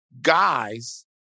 guys